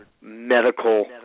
medical